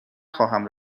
خواهم